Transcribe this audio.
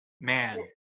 man